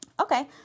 okay